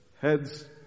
heads